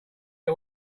get